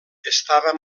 estava